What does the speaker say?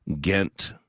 Ghent